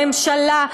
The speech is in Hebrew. הממשלה,